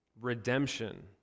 Redemption